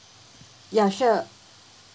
ya sure